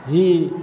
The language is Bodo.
जि